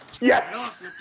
Yes